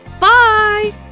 Bye